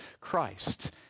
Christ